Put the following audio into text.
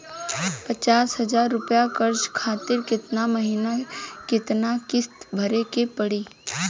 पचास हज़ार रुपया कर्जा खातिर केतना महीना केतना किश्ती भरे के पड़ी?